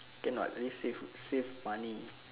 cannot need food save save money